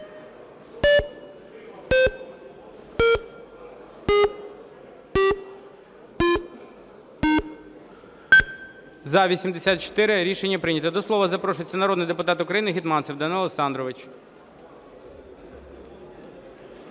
За-184 Рішення прийнято. До слова запрошується народний депутат України Гетманцев Данило Олександрович.